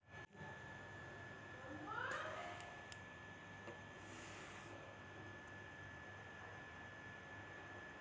कोचिया मन ह बजार त कतको कन सब्जी पान ल किलो हिसाब म बेचत रहिथे त कतको कन साग पान मन ल जूरी बनाके बेंचथे